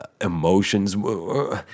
Emotions